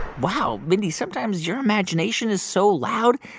wow. mindy, sometimes, your imagination is so loud,